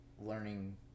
learning